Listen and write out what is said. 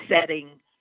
setting